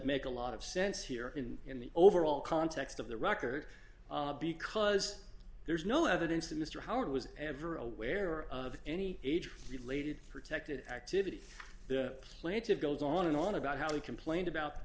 make a lot of sense here and in the overall context of the record because there is no evidence that mr howard was ever aware of any age related protected activity the plaintive goes on and on about how he complained about